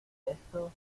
esto